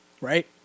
right